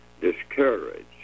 Discouraged